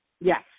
Yes